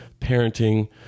parenting